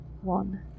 one